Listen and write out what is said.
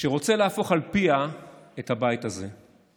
שרוצה להפוך את הבית הזה על פיו.